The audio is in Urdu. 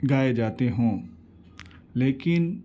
گائے جاتے ہوں لیکن